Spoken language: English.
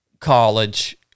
college